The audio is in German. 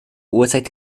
uhrzeit